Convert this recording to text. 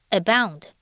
abound